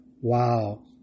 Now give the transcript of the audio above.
Wow